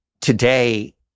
today